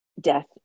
death